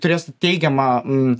turės teigiamą